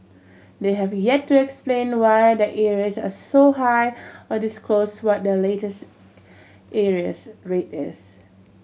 they have yet to explain why their arrears are so high or disclose what their latest arrears rate is